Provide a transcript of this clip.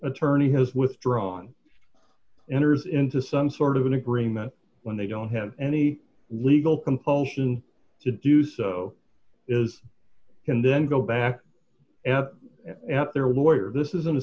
attorney has withdrawn enters into some sort of an agreement when they don't have any legal compulsion to do so is can then go back at their lawyer this isn't a